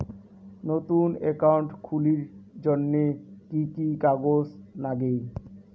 নতুন একাউন্ট খুলির জন্যে কি কি কাগজ নাগে?